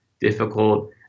difficult